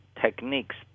techniques